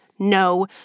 No